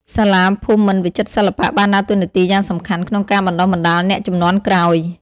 សាលាភូមិន្ទវិចិត្រសិល្បៈបានដើរតួនាទីយ៉ាងសំខាន់ក្នុងការបណ្ដុះបណ្ដាលអ្នកជំនាន់ក្រោយ ។